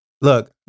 Look